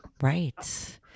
Right